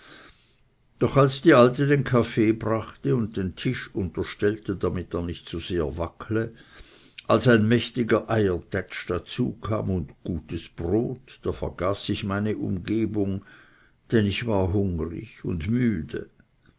doch als die alte den kaffee brachte und den tisch unterstellte damit er nicht zu sehr wackele als ein mächtiger eiertätsch dazu kam und gutes brot da vergaß ich meine umgebung denn ich war hungrig und müde